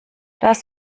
das